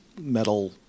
metal